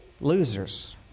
losers